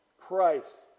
christ